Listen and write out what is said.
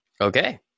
okay